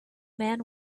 man